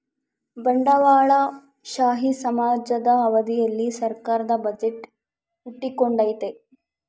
ಬಂಡವಾಳಶಾಹಿ ಸಮಾಜದ ಅವಧಿಯಲ್ಲಿ ಸರ್ಕಾರದ ಬಜೆಟ್ ಹುಟ್ಟಿಕೊಂಡೈತೆ